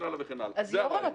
יורם,